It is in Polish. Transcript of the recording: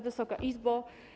Wysoka Izbo!